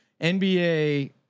NBA